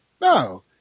no